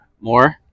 More